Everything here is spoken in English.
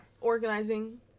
organizing